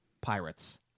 pirates